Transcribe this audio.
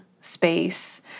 space